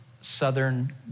southern